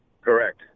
Correct